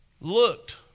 looked